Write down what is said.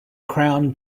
crown